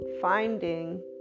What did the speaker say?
finding